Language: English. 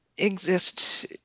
exist